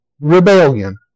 rebellion